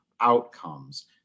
outcomes